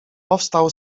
powstał